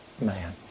man